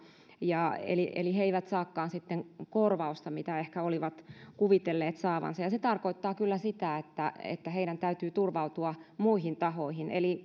eli eli he eivät saakaan sitten korvausta mitä ehkä olivat kuvitelleet saavansa se tarkoittaa kyllä sitä että että heidän täytyy turvautua muihin tahoihin eli